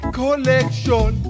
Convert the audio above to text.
collection